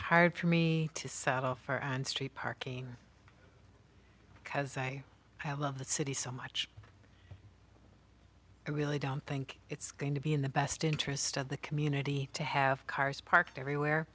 hard for me to saddle for and street parking because i have loved the city so much i really don't think it's going to be in the best interest of the community to have cars parked everywhere